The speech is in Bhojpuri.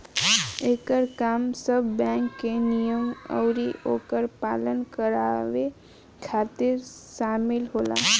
एकर काम सब बैंक के नियम अउरी ओकर पालन करावे खातिर शामिल होला